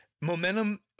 Momentum